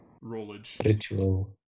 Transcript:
ritual